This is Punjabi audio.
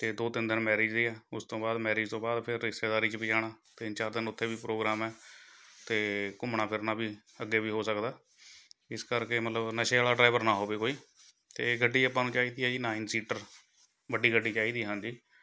ਅਤੇ ਦੋ ਤਿੰਨ ਦਿਨ ਮੈਰਿਜ ਦੇ ਹੈ ਉਸ ਤੋਂ ਬਾਅਦ ਮੈਰਿਜ ਤੋਂ ਬਾਅਦ ਫਿਰ ਰਿਸ਼ਤੇਦਾਰੀ 'ਚ ਵੀ ਜਾਣਾ ਤਿੰਨ ਚਾਰ ਦਿਨ ਉੱਥੇ ਵੀ ਪ੍ਰੋਗਰਾਮ ਹੈ ਅਤੇ ਘੁੰਮਣਾ ਫਿਰਨਾ ਵੀ ਅੱਗੇ ਵੀ ਹੋ ਸਕਦਾ ਇਸ ਕਰਕੇ ਮਤਲਬ ਨਸ਼ੇ ਵਾਲ਼ਾ ਡਰਾਈਵਰ ਨਾ ਹੋਵੇ ਕੋਈ ਅਤੇ ਗੱਡੀ ਆਪਾਂ ਨੂੰ ਚਾਹੀਦੀ ਹੈ ਜੀ ਨਾਈਨ ਸੀਟਰ ਵੱਡੀ ਗੱਡੀ ਚਾਹੀਦੀ ਹਾਂਜੀ